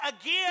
again